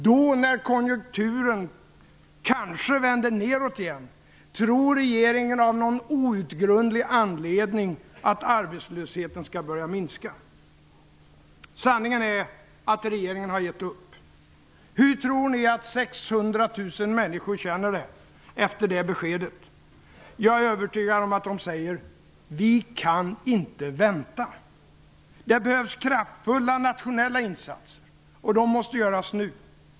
Då, när konjunkturen kanske vänder nedåt igen, tror regeringen av någon outgrundlig anledning att arbetslösheten skall börja minska. Sanningen är att regeringen har givit upp. Hur tror ni att 600 000 människor känner det efter det beskedet? Jag är övertygad om att de säger: ''Vi kan inte vänta.'' Det behövs kraftfulla nationella insatser, och de måste göras nu!